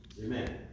Amen